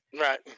Right